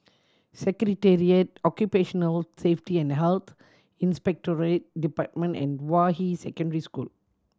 Secretariat Occupational Safety and Health Inspectorate Department and Hua Yi Secondary School